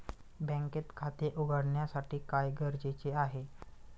बँकेत खाते उघडण्यासाठी काय गरजेचे आहे?